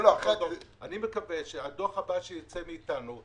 אני מקווה שהדוח הבא שייצא מאיתנו,